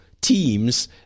teams